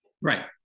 right